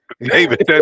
David